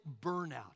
burnout